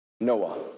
Noah